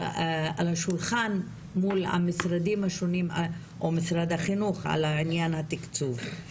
השולחן מול המשרדים השונים או משרד החינוך על עניין התקצוב?